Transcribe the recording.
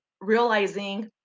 realizing